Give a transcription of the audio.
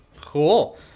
cool